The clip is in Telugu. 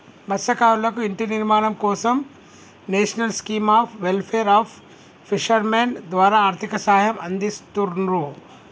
మత్స్యకారులకు ఇంటి నిర్మాణం కోసం national scheme of welfare of fishermen ద్వారా ఆర్థిక సహాయం అందిస్తున్రు